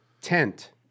Tent